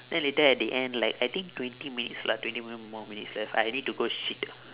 then later at the end like I think twenty minutes lah twenty m~ more minutes left I need to go shit